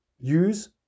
use